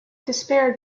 despair